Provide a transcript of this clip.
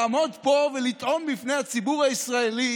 לעמוד פה ולטעון בפני הציבור הישראלי